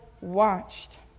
watched